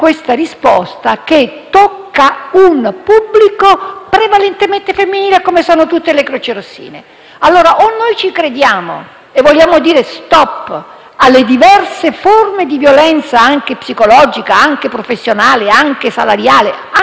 un pubblico prevalentemente femminile, quali sono tutte le crocerossine. Se ci crediamo e vogliamo dire *stop* alle diverse forme di violenza psicologica, professionale, salariale e anche, in questo caso, di volontariato,